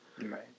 Right